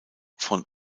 von